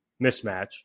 mismatch